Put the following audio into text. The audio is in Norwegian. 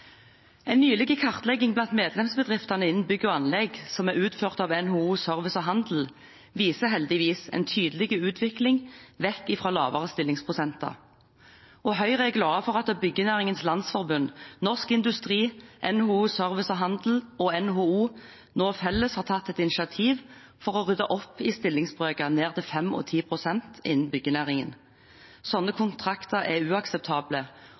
En nylig kartlegging blant medlemsbedriftene innen bygg og anlegg, utført av NHO Service og Handel, viser heldigvis en tydelig utvikling vekk fra lavere stillingsprosenter. Høyre er glade for at Byggenæringens Landsforening, Norsk Industri, NHO Service og Handel og NHO nå felles har tatt et initiativ for å rydde opp i stillingsbrøker ned til 5 og 10 pst. innen byggenæringen. Slike kontrakter er uakseptable